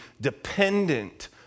dependent